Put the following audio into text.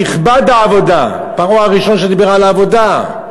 "תכבד העבודה" פרעה היה הראשון שדיבר על עבודה,